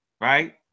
right